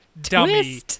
dummy